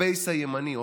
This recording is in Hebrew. הבייס הימני,